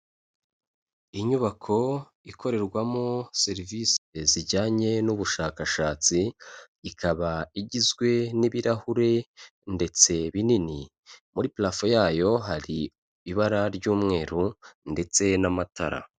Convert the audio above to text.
Inyubako ikorerwamo serivisi zijyanye n'ubushakashatsi, ikaba igizwe n'ibirahure ndetse binini. Muri purafo yayo hari ibara ry'umweru ndetse n'amatara.